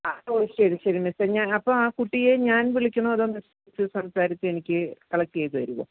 ആ ഓ ശരി ശരി മിസ്സേ ഞാൻ അപ്പോൾ ആ കുട്ടിയെ ഞാൻ വിളിക്കണോ അതോ മിസ്സ് സംസാരിച്ച് എനിക്ക് കലക്ട് ചെയ്ത് തരുമോ